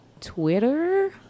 Twitter